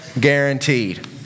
guaranteed